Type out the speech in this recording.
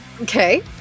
Okay